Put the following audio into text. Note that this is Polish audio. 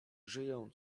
żyją